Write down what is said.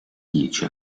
dieci